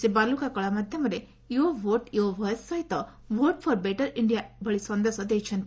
ସେ ବାଲୁକା କଳା ମାଧ୍ଧମରେ ୟୋର୍ ଭୋଟ୍ ୟୋର୍ ଭଏସ୍ ସହିତ ଭୋଟ୍ ଫର୍ ବେଟର୍ ଇଣ୍ଡିଆ ଭଳି ସଂଦେଶ ଦେଇଛନ୍ତି